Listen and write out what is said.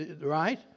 Right